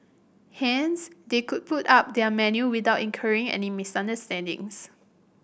hence they could put up their menu without incurring any misunderstandings